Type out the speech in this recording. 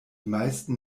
meisten